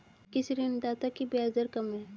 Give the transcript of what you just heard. किस ऋणदाता की ब्याज दर कम है?